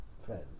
friend